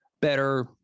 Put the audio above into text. better